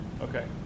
okay